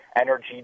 energy